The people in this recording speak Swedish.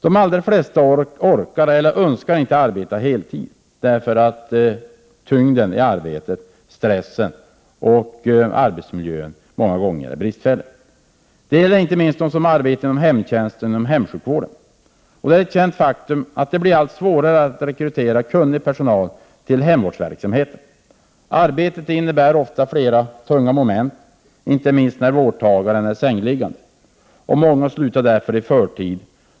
De allra flesta orkar eller önskar inte arbeta heltid därför att arbetet är tungt och stressigt och för att arbetsmiljön många gånger är bristfällig. Detta gäller inte minst de som arbetar inom hemtjänsten eller hemsjukvården. Det är ett känt faktum att det blir allt svårare att rekrytera kunnig personal till hemvårdsverksamheten. Arbetet innebär ofta flera tunga moment, inte minst när vårdtagaren är sängliggande. Många slutar därför i förtid.